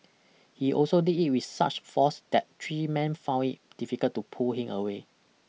he also did it with such force that three men found it difficult to pull him away